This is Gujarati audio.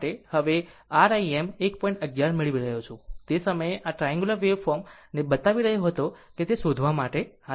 11 મેળવી રહ્યો છું તે સમયે આ ટ્રાન્ગુલર વેવફોર્મ ને બતાવી રહ્યો હતો કે તે શોધવા માટે આ છે